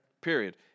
Period